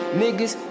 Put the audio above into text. niggas